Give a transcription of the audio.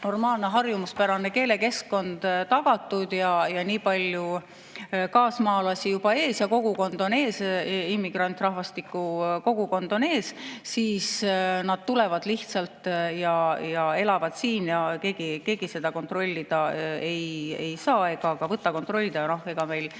normaalne, harjumuspärane keelekeskkond tagatud ja nii palju kaasmaalasi juba ees ja kogukond ees, immigrantrahvastiku kogukond on ees, siis nad tulevad lihtsalt ja elavad siin ja keegi seda kontrollida ei saa ega ka võta kontrollida. Ega meil